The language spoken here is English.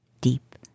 deep